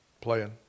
Playing